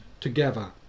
together